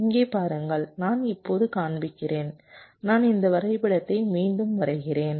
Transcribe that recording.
இங்கே பாருங்கள் நான் இப்போது காண்பிக்கிறேன் நான் இந்த வரைபடத்தை மீண்டும் வரைகிறேன்